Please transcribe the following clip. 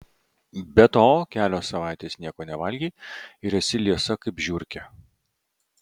be to kelios savaitės nieko nevalgei ir esi liesa kaip žiurkė